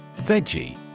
Veggie